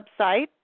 website